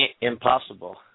impossible